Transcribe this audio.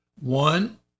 one